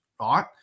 Right